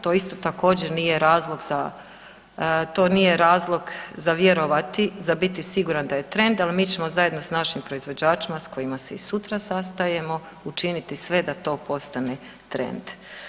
To isto također nije razlog za, to nije razlog za vjerovati, za biti siguran da je trend, ali mi ćemo zajedno s našim proizvođačima s kojima se i sutra sastajemo učiniti sve da to postane trend.